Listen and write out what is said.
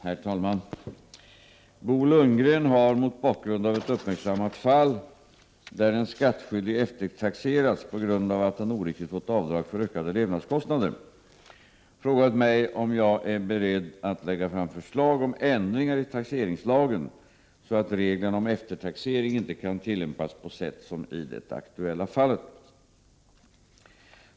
Herr talman! Bo Lundgren har mot bakgrund av ett uppmärksammat fall, där en skattskyldig eftertaxerats på grund av att han oriktigt fått avdrag för ökade levnadskostnader, frågat mig om jag är beredd att lägga fram förslag om ändringar i taxeringslagen så att reglerna om eftertaxering inte kan tillämpas på sätt som i det aktuella fallet.